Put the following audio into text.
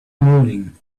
morning